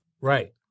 Right